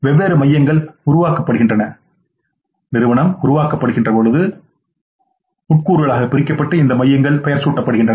வெவ்வேறு மையங்கள் உருவாக்கப்படுகின்றன